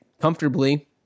comfortably